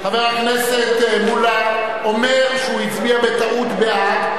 חבר הכנסת מולה אומר שהוא הצביע בטעות בעד.